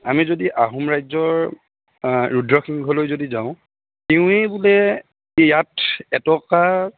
আমি যদি আহোম ৰাজ্যৰ ৰুদ্ৰ সিংহলৈ যদি যাওঁ তেওঁৱেই বোলে ইয়াত এটকাৰ